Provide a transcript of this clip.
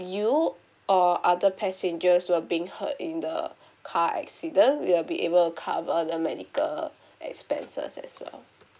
you or other passengers were being hurt in the car accident we'll be able to cover the medical expenses as well